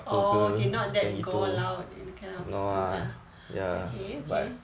orh okay not that gore loud kind of thing lah okay okay